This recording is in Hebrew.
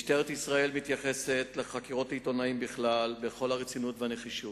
משטרת ישראל מתייחסת לחקירות עיתונאים בכלל בכל הרצינות והנחישות,